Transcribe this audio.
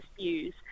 views